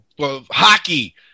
hockey